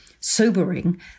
sobering